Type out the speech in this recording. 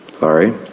Sorry